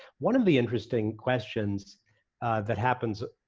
one of the interesting questions that happens,